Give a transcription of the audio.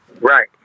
Right